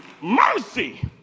Mercy